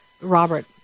Robert